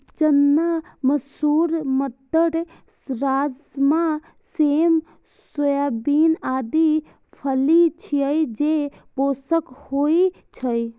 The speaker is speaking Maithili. चना, मसूर, मटर, राजमा, सेम, सोयाबीन आदि फली छियै, जे पोषक होइ छै